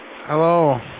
Hello